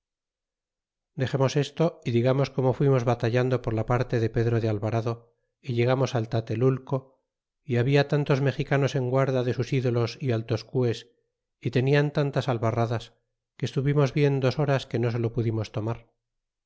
dexemos desto y digamos como fuimos batallando por la parte de pedro de alvarado y llegarnos al tatelulco y había tantos mexicanos en guarda de sus idolos y altos cues y tenian tantas albarradas que estuvimos bien dos horas que no se lo pudimos tomar